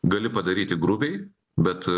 gali padaryti grubiai bet